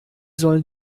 sollen